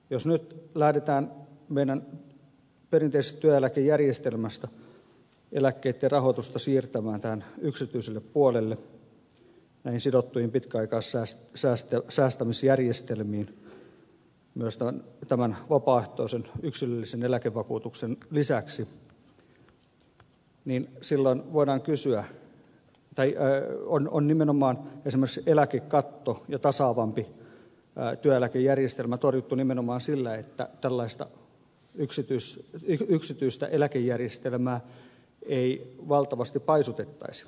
jos nyt lähdetään meidän perinteisestä työeläkejärjestelmästämme eläkkeitten rahoitusta siirtämään yksityiselle puolelle näihin sidottuihin pitkäaikaissäästämisjärjestelmiin myös tämän vapaaehtoisen yksilöllisen eläkevakuutuksen lisäksi niin silloin voidaan kysyä tai eläin on on esimerkiksi eläkekatto ja tasaavampi työeläkejärjestelmä torjuttu nimenomaan sillä että tällaista yksityistä eläkejärjestelmää ei valtavasti paisutettaisi